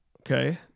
Okay